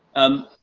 um,